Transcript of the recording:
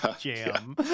Jam